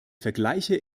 vergleiche